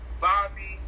bobby